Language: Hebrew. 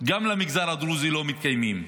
גם למגזר הדרוזי, לא מתקיימות.